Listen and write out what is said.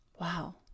Wow